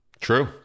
True